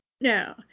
No